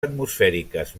atmosfèriques